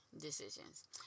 decisions